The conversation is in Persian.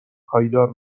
پایدار